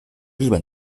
日本